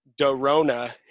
Dorona